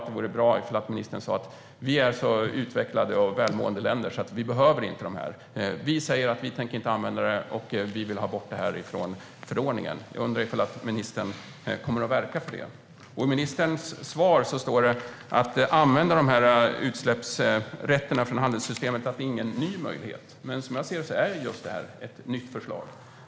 Det vore bra om ministern sa att vi är så utvecklade och välmående länder att vi inte behöver dessa. Vi borde säga att vi inte tänker använda detta och att vi vill ha bort det från förordningen. Jag undrar om ministern kommer att verka för det. I ministerns svar står det också att användning av utsläppsrätterna från handelssystemet inte är någon ny möjlighet. Men som jag ser det är detta just ett nytt förslag.